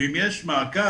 ואם יש מעקב